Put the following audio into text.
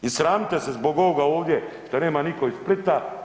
I sramite se zbog ovoga ovdje da nema niko iz Splita.